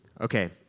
Okay